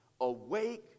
Awake